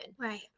right